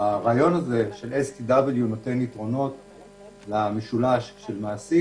הרעיון הזה של STW נותן יתרונות למשולש מעסיק,